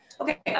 Okay